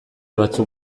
batzuk